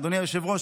אדוני היושב-ראש,